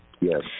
Yes